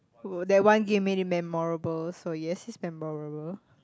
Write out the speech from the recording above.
that one game made it memorable so yes it's memorable